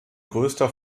größter